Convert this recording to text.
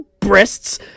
BREASTS